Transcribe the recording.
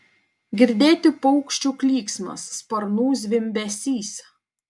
girdėti paukščių klyksmas sparnų zvimbesys